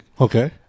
okay